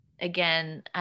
again